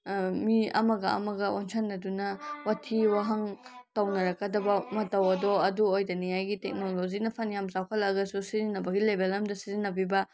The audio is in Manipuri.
ꯃꯤ ꯑꯃꯒ ꯑꯃꯒ ꯑꯣꯟꯁꯤꯟꯅꯗꯨꯅ ꯋꯥꯊꯤ ꯋꯥꯍꯪ ꯇꯧꯅꯔꯛꯀꯗꯕ ꯃꯇꯧ ꯑꯗꯣ ꯑꯗꯨ ꯑꯣꯏꯗꯅꯤꯡꯉꯥꯏꯒꯤ ꯇꯦꯛꯅꯣꯂꯣꯖꯤꯅ ꯐꯅ꯭ꯌꯥꯝ ꯆꯥꯎꯈꯠꯂꯛꯑꯒꯁꯨ ꯁꯤꯖꯤꯟꯅꯕꯒꯤ ꯂꯦꯚꯦꯜ ꯑꯃꯗ ꯁꯤꯖꯤꯟꯅꯕꯤꯕ